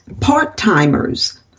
Part-timers